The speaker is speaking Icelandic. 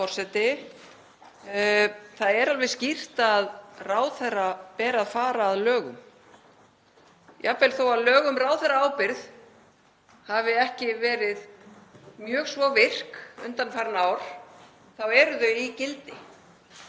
Það er alveg skýrt að ráðherra ber að fara að lögum. Jafnvel þótt lög um ráðherraábyrgð hafi ekki verið mjög virk undanfarin ár þá eru þau í gildi.